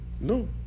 No